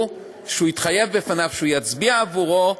שהוא התחייב בפניו שהוא יצביע עבורו,